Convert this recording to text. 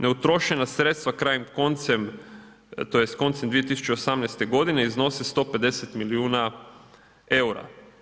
Neutrošena sredstva krajem, koncem tj. koncem 2018. godine iznose 150 milijuna eura.